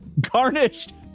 garnished